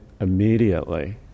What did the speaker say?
immediately